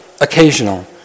occasional